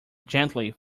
gently